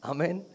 Amen